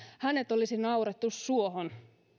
hänet olisi naurettu suohon